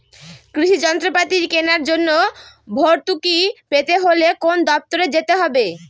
কৃষি যন্ত্রপাতি কেনার জন্য ভর্তুকি পেতে হলে কোন দপ্তরে যেতে হবে?